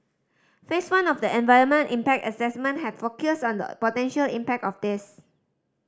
Phase One of the environmental impact assessment had focused on the potential impact of this